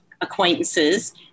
acquaintances